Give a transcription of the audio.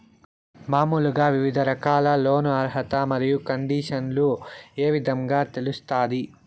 మామూలుగా వివిధ రకాల లోను అర్హత మరియు కండిషన్లు ఏ విధంగా తెలుస్తాది?